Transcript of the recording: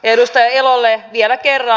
edustaja elolle vielä kerran